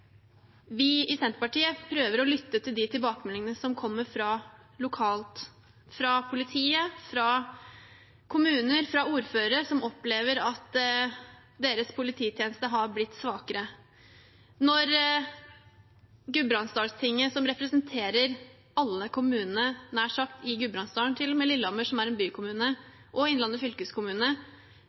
Vi i Senterpartiet prøver å lytte til de tilbakemeldingene som kommer fra lokalt hold, fra politiet, fra kommuner, fra ordførere som opplever at deres polititjeneste har blitt svakere. Når Gudbrandsdalstinget, som representerer nær sagt alle kommunene i Gudbrandsdalen – til og med Lillehammer, som er en bykommune – og Innlandet fylkeskommune,